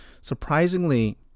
Surprisingly